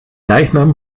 leichnam